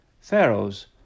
Pharaoh's